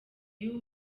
y’uwo